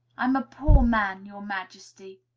i'm a poor man, your majesty,